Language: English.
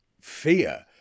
fear